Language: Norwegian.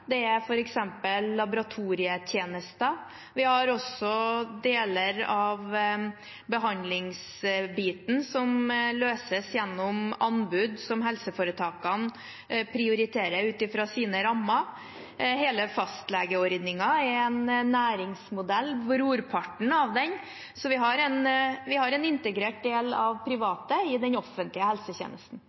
Det er f.eks. laboratorietjenester. Vi har også deler av behandlingsbiten som løses gjennom anbud som helseforetakene prioriterer ut fra sine rammer. Hele fastlegeordningen er en næringsmodell – brorparten av den – så vi har en integrert del av private i den offentlige helsetjenesten.